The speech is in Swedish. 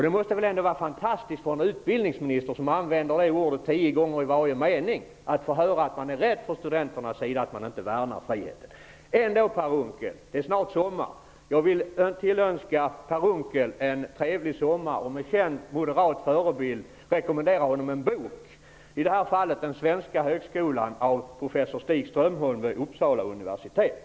Det måste väl vara fantastiskt för en utbildningsminister som använder ordet frihet tio gånger i varje mening att få höra att studenterna är rädda för att han inte värnar friheten. Trots allt är det snart sommar, och jag vill tillönska Per Unckel en trevlig sommar. Med känd moderat förebild vill jag rekommendera honom en bok, i det här fallet Den svenska högskolan av professor Stig Strömholm vid Uppsala universitet.